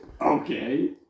Okay